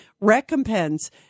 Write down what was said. recompense